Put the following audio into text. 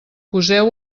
poseu